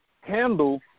handle